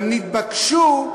גם נתבקשו,